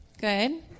Good